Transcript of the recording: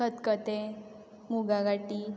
खतखतें मुगांगाटी